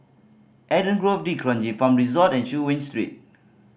Eden Grove D'Kranji Farm Resort and Chu Yen Street